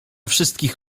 wszystkich